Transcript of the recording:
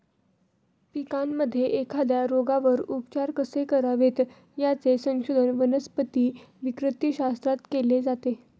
पिकांमध्ये एखाद्या रोगावर उपचार कसे करावेत, याचे संशोधन वनस्पती विकृतीशास्त्रात केले जाते